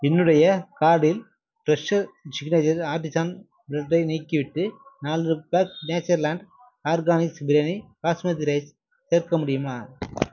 என்னுடைய கார்ட்டில் Fresho signature artisan பிரெட்டை நீக்கிவிட்டு நாலு pack Natureland organics biryani basmati rice சேர்க்க முடியுமா